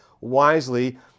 wisely